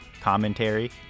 commentary